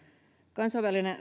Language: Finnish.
kansainvälinen